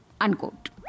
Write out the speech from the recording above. Unquote